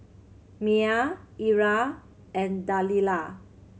Myah Ira and Delilah